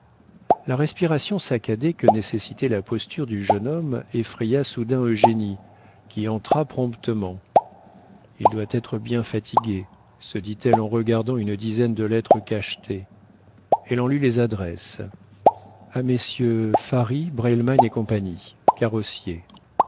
la respiration saccadée que nécessitait la posture du jeune homme effraya soudain eugénie qui entra promptement il doit être bien fatigué se dit-elle en regardant une dizaine de lettres cachetées elle en lut les adresses a messieurs farry breilman et cie carrossiers